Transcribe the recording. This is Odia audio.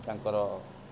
ତାଙ୍କର